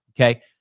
Okay